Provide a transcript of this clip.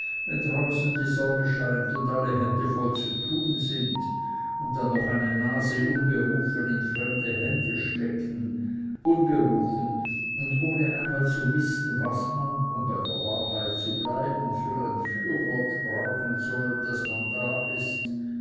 wenn draußen die sonne scheint und alle hände voll zu tun sind und dann noch die nase unberufen in fremde händel stecken unberufen und ohne einmal zu wissen was man um bei der wahrheit zu bleiben für ein fürwort brauchen soll daß man da ist